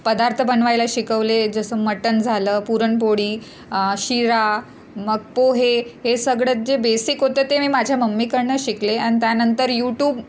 पदार्थ बनवायला शिकवले जसं मटन झालं पुरणपोळी शिरा मग पोहे हे सगळं जे बेसिक होतं ते मी माझ्या मम्मीकडनं शिकले आणि त्यानंतर यूटूब